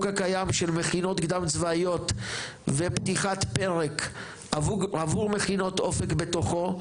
הקיים של מכינות קדם צבאיות ופתיחת פרק עבור מכינות אופק בתוכו,